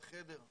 בחדר,